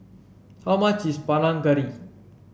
how much is Panang Garry